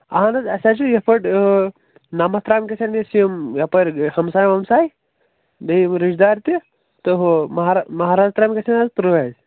اَہَن حظ اَسہِ حظ چھُ یِتھ پٲٹھۍ نَمَتھ ترٛامہِ گژھن اَسہِ یِم یَپٲرۍ ہمساے وَمساے بیٚیہِ یِم رِشتہٕ دار تہِ تہٕ ہُہ مہرا مہراز ترٛامہِ گژھن حظ تٕرٛہ ہَے